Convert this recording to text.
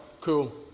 cool